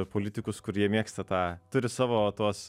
politikus kurie mėgsta tą turi savo tuos